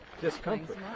discomfort